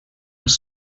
els